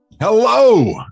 hello